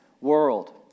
World